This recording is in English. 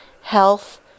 health